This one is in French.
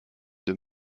deux